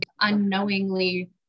unknowingly